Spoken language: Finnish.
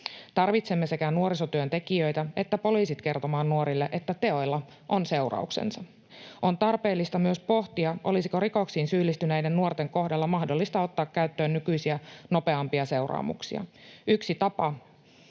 Tarvitsemme sekä nuorisotyöntekijöitä että poliisit kertomaan nuorille, että teoilla on seurauksensa. On tarpeellista myös pohtia, olisiko rikoksiin syyllistyneiden nuorten kohdalla mahdollista ottaa käyttöön nykyistä nopeampia seuraamuksia. Yksi tapa